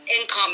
income